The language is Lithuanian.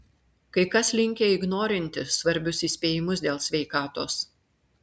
kai kas linkę ignorinti svarbius įspėjimus dėl sveikatos